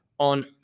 on